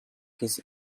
his